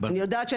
אני יודעת.